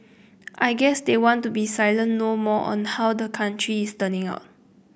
I guess they want to be silent no more on how the country is turning out